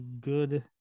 good